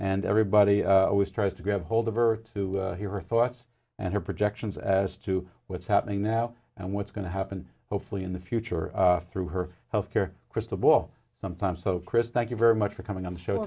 and everybody always tries to grab hold of her to hear her thoughts and her projections as to what's happening now and what's going to happen hopefully in the future through her health care crystal ball some time so chris thank you very much for coming on the show